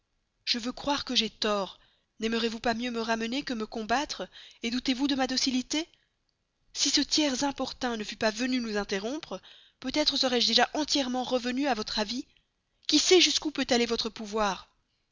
je veux croire que j'ai tort naimerez vous pas mieux me ramener que me combattre doutez-vous de ma docilité si ce tiers importun ne fût pas venu nous interrompre peut-être serais-je déjà entièrement revenu à votre avis qui sait jusqu'où peut aller votre pouvoir